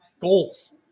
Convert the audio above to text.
Goals